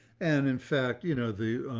and in fact, you know, the